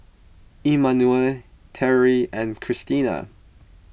Emmanuel Teri and Krystina